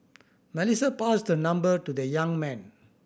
Melissa passed her number to the young man